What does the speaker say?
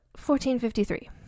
1453